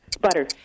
butter